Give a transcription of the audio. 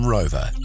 Rover